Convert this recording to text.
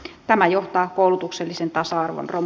tämä johtaa koulutuksellisen tasa arvon rom